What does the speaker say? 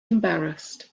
embarrassed